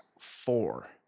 four